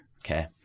Okay